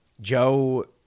Joe